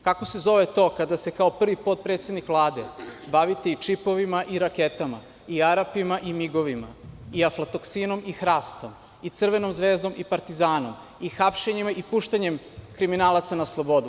Kako se zove to kada se kao prvi potpredsednik Vlade bavite i čipovima, i raketama, i Arapima, i Migovima, i aflatoksinom, i hrastom, i „Crvenom zvezdom“, i „Partizanom“, i hapšenjima, i puštanjem kriminalaca na slobodu?